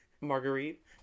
Marguerite